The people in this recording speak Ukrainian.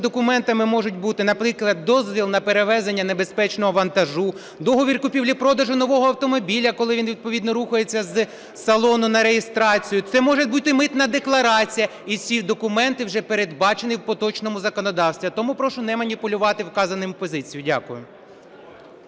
документами можуть бути, наприклад, дозвіл на перевезення небезпечного вантажу, договір купівлі-продажу нового автомобіля, коли він відповідно рухається з салону на реєстрацію, це може бути митна декларація і всі документи, вже передбачені у поточному законодавстві. А тому прошу не маніпулювати вказаною позицією. Дякую.